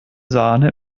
sahne